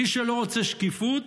מי שלא רוצה שקיפות,